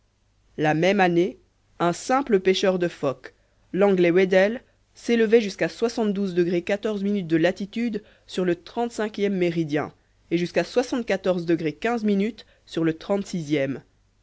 la même année un simple pêcheur de phoques l'anglais weddel s'élevait jusqu'à de latitude sur le trente-cinquième méridien et jusqu'à sur le trente sixième